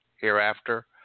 hereafter